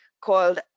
called